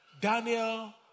Daniel